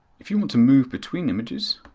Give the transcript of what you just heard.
if you want to move between images,